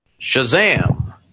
Shazam